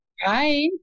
Hi